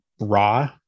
raw